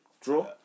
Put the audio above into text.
draw